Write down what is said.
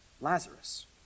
Lazarus